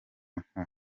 nka